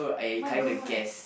my god